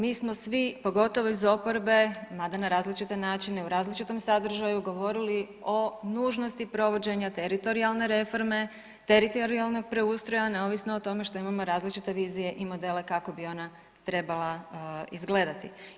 Mi smo svi pogotovo iz oporbe mada na različite načine, u različitom sadržaju govorili o nužnosti provođenja teritorijalne reforme, teritorijalnog preustroja neovisno o tome što imamo različite vizije i modele kako bi ona trebala izgledati.